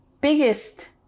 biggest